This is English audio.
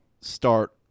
start